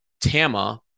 Tama